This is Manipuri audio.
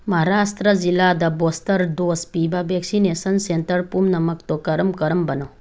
ꯃꯍꯥꯔꯥꯁꯇ꯭ꯔ ꯖꯤꯜꯂꯥꯗ ꯕꯣꯁꯇꯔ ꯗꯣꯖ ꯄꯤꯕ ꯕꯦꯛꯁꯤꯅꯦꯁꯟ ꯁꯦꯟꯇꯔ ꯄꯨꯝꯅꯃꯛꯇꯣ ꯀꯔꯝ ꯀꯔꯝꯕꯅꯣ